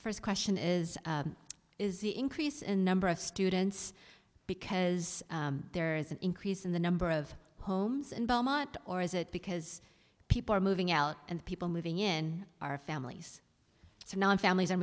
first question is is the increase in number of students because there is an increase in the number of homes and belmont or is it because people are moving out and people moving in are families so not families are